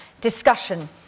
discussion